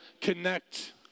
connect